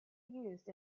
used